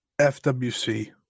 FWC